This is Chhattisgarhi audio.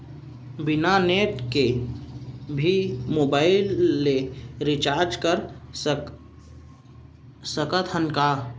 बिना नेट के भी मोबाइल ले रिचार्ज कर सकत हन का?